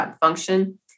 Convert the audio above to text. function